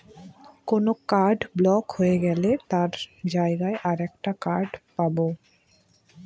কোন card block হয়ে গেলে তার জায়গায় আর একটা কার্ড পাবো